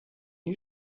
you